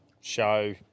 show